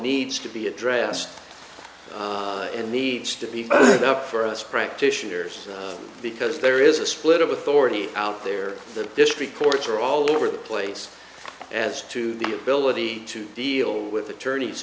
needs to be addressed and needs to be good enough for us practitioners because there is a split of authority out there the district courts are all over the place as to the ability to deal with attorneys